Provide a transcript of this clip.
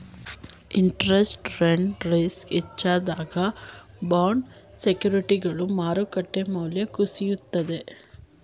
interest rate risk ಹೆಚ್ಚಾದಾಗ bond ಸೆಕ್ಯೂರಿಟಿಗಳ ಮಾರುಕಟ್ಟೆ ಮೌಲ್ಯ ಕುಸಿಯುತ್ತದೆ